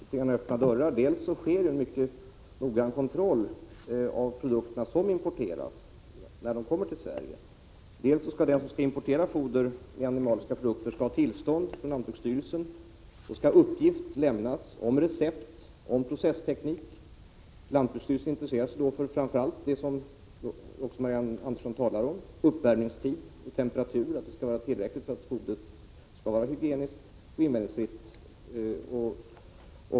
Fru talman! Jag tycker nog att Marianne Andersson litet grand slår in öppna dörrar. Dels sker ju en mycket noggrann kontroll av de produkter som importeras när dessa kommer till Sverige, dels skall den som importerar foder som innehåller animaliska produkter ha tillstånd från lantbruksstyrelsen. Uppgifter skall lämnas om recept och processteknik. Lantbruksstyrelsen intresserar sig då framför allt för det som Marianne Andersson också talar om —-uppvärmningstid och temperatur, som skall vara tillräckligt väl tilltagna för att fodret skall vara hygieniskt och invändningsfritt.